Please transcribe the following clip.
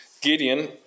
Gideon